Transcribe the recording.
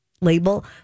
label